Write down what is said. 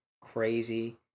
crazy